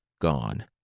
gone